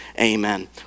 amen